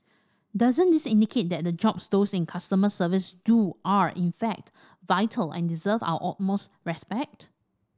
doesn't this indicate that the jobs those in customer service do are in fact vital and deserve our utmost respect